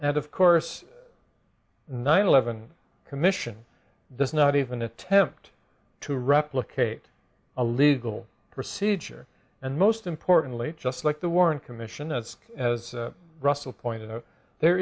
and of course nine eleven commission does not even attempt to replicate a legal procedure and most importantly just like the warren commission as as russell pointed out there